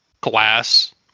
glass